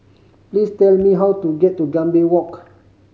please tell me how to get to Gambir Walk